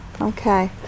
Okay